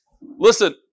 Listen